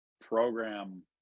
program